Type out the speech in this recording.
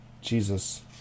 Jesus